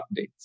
updates